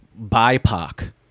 BIPOC